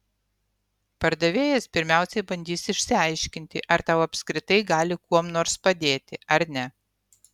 pardavėjas pirmiausiai bandys išsiaiškinti ar tau apskritai gali kuom nors padėti ar ne